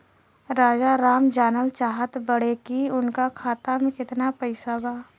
राजाराम जानल चाहत बड़े की उनका खाता में कितना पैसा बा?